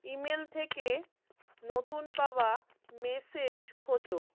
email থেকে নতুন পাওয়া মেসেজ খোঁজো